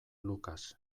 lucas